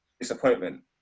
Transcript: disappointment